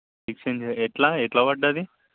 exchange ఎట్లా ఎట్ల పడ్డది